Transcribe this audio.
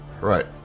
Right